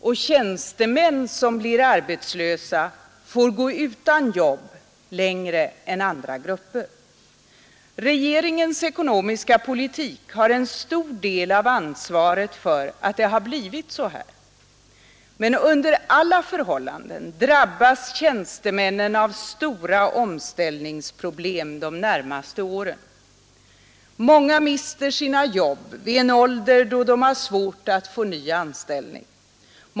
Och tjänstemän som blir arbetslösa får gå utan jobb längre än andra grupper. Regeringens ekonomiska politik har en stor del av ansvaret för att det blivit så här. Men under alla förhållanden drabbas tjänstemännen av stora omställningsproblem de närmaste åren. Många mister sina jobb i en ålder då man har svårt att få ny anställning.